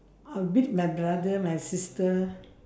I'll beat my brother my sister